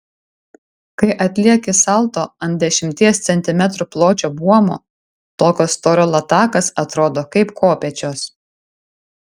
kai atlieki salto ant dešimties centimetrų pločio buomo tokio storio latakas atrodo kaip kopėčios